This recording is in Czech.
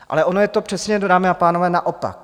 Ale ono je to přesně, dámy a pánové, naopak.